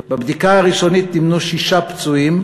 בבדיקה הראשונית נמנו שישה פצועים,